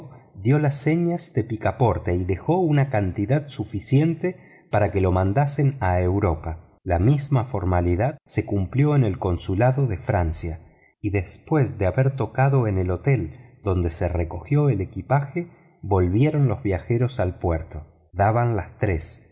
dio las señas de picaporte y dejó una cantidad suficiente para que lo mandasen a europa la misma formalidad se cumplió en el consulado de francia y después de haber tocado en el hotel donde se recogió el equipaje volvieron los viajeros al puerto daban las tres